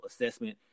assessment